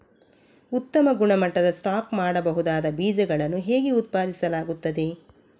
ಉತ್ತಮ ಗುಣಮಟ್ಟದ ಸ್ಟಾಕ್ ಮಾಡಬಹುದಾದ ಬೀಜಗಳನ್ನು ಹೇಗೆ ಉತ್ಪಾದಿಸಲಾಗುತ್ತದೆ